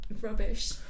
rubbish